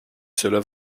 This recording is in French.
cela